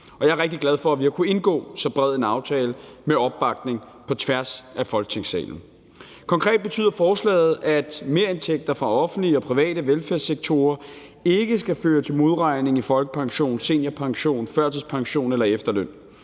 Og jeg er rigtig glad for, at vi har kunnet indgå så bred en aftale med opbakning på tværs af Folketingssalen. Konkret betyder forslaget, at merindtægter fra offentlige og private velfærdssektorer ikke skal føre til modregning i folkepension, seniorpension, førtidspension eller efterløn.